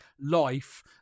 life